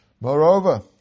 Moreover